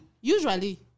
Usually